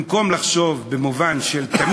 במקום לחשוב במובן של,